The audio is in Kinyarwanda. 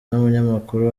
n’umunyamakuru